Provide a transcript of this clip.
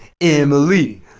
Emily